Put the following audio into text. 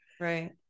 Right